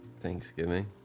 Thanksgiving